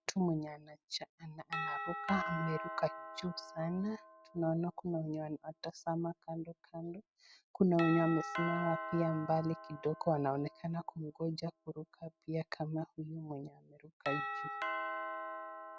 Mtu mwenye anaruka, ameruka juu sana. Tunaona kuna wenye wanatazama kandokando ,kuna wenye wamesimama pia mbali kidogo wanaonekana kumngoja kuruka pia kama huyu mwenye ameruka juu.